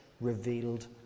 revealed